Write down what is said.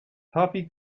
toffee